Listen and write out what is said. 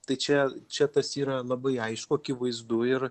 tai čia čia tas yra labai aišku akivaizdu ir